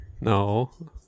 No